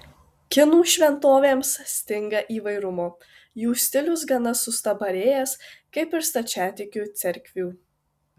kinų šventovėms stinga įvairumo jų stilius gana sustabarėjęs kaip ir stačiatikių cerkvių